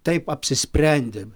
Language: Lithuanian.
taip apsisprendėm